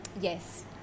Yes